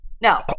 No